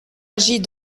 agit